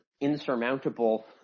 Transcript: insurmountable